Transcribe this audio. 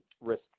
risk